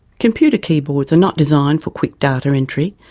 computer keyboards are not designed for quick data entry.